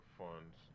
funds